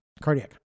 Cardiac